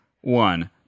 One